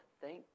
thank